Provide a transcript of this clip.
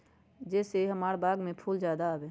जे से हमार बाग में फुल ज्यादा आवे?